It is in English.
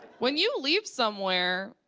when you leave somewhere,